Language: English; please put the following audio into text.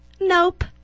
Nope